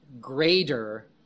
greater